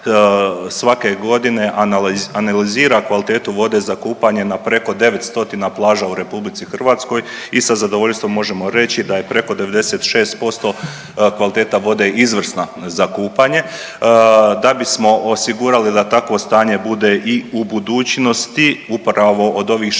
svake godine analizira kvalitetu vode za kupnje na preko 900 plaža u RH i sa zadovoljstvom možemo reći da je preko 96% kvaliteta vode izvrsna za kupanje. Da bismo osigurali da takvo stanje bude i u budućnosti upravo od ovih 60